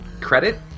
credit